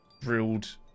drilled